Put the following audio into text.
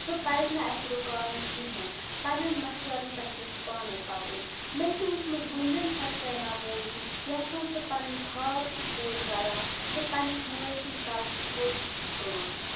سُہ پَزِ نہٕ اَسہِ رُکاوٕنۍ کِہیٖنۍ پَنٛنٮ۪ن مَشوَرَن پٮ۪ٹھ گژھِ پانَے پَکُن مےٚ چھِ وٕچھمٕژ گُنجَن سَکسینا موٗوِی یَتھ منٛز سۄ پَنٕنۍ خاب چھِ پوٗرٕ کَران تہٕ پنٛںِس مٲلۍ سُنٛد کَلہٕ چھِ تھوٚد تُلان